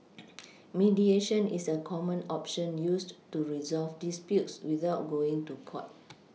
mediation is a common option used to resolve disputes without going to court